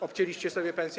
Obcięliście sobie pensje.